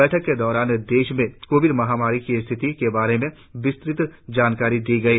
बैठक के दौरान देश में कोविड महामारी की स्थिति के बारे में विस्तृत जानकारी दी गई